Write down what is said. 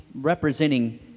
representing